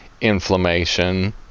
inflammation